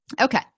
Okay